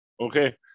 okay